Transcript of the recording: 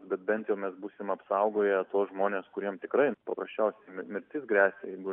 bet bent jau mes būsim apsaugoję tuos žmones kuriem tikrai paprasčiausiai mirtis gresia jeigu